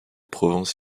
province